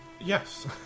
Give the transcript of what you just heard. Yes